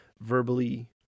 verbally